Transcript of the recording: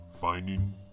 finding